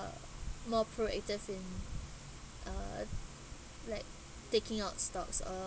uh more pro at as in uh like taking out stocks or